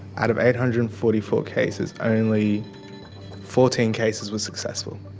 out of eight hundred and forty four cases, only fourteen cases were successful.